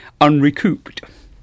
unrecouped